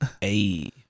Hey